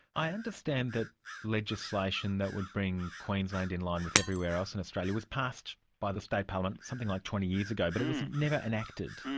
i understand that legislation that would bring queensland in line with everywhere else in australia was passed by the state parliament something like twenty years ago, but it was never enacted.